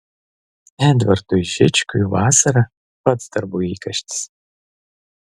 edvardui žičkui vasara pats darbų įkarštis